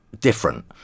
different